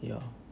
ya